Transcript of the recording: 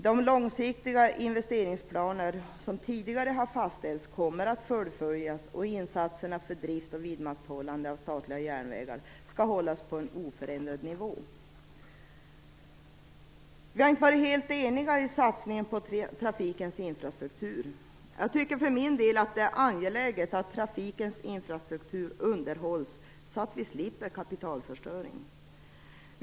De långsiktiga investeringsplaner som tidigare har fastställts kommer att fullföljas, och insatserna för drift och vidmakthållande av de statliga järnvägarna skall hållas på en oförändrad nivå. Vi har inte varit helt eniga i satsningen på trafikens infrastruktur. Jag för min del anser att det är angeläget att trafikens infrastruktur underhålls så att vi slipper kapitalförstöring.